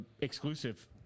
exclusive